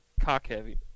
Cock-heavy